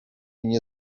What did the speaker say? nie